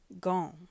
Gone